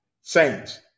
Saints